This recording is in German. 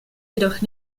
jedoch